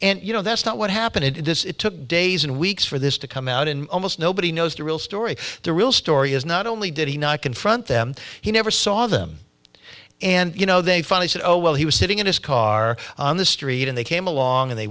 and you know that's not what happened in this it took days and weeks for this to come out in almost nobody knows the real story the real story is not only did he not confront them he never saw them and you know they finally said oh well he was sitting in his car on the street and they came along and they